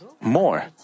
more